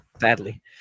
sadly